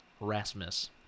Rasmus